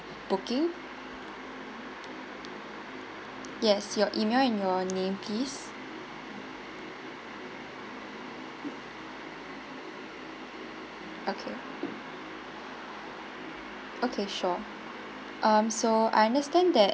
booking yes your email and your name please okay okay sure um so I understand that